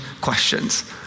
questions